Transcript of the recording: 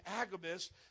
Agabus